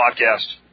Podcast